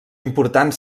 important